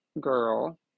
girl